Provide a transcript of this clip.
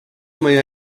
meie